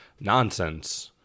nonsense